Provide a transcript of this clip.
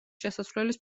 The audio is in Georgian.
შესასვლელის